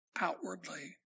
outwardly